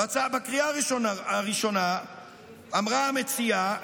בקריאה הראשונה אמרה המציעה,